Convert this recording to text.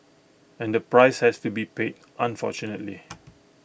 and the price has to be paid unfortunately